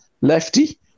lefty